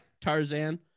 tarzan